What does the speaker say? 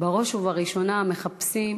בראש ובראשונה מחפשים,